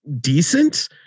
decent